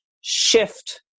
shift